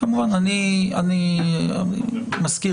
כמובן מזכיר,